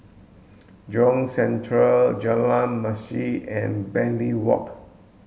Jurong Central Jalan Masjid and Bartley Walk